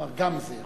הוא אמר: גם זה.